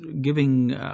giving